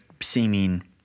seeming